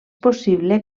possible